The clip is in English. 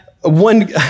one